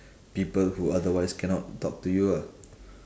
people who otherwise cannot talk to you ah